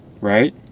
Right